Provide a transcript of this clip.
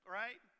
right